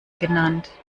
genannt